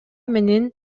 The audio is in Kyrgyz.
менин